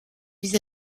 mis